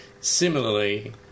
similarly